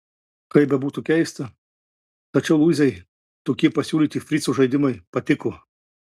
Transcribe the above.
kaip bebūtų keista tačiau luizai tokie pasiūlyti frico žaidimai patiko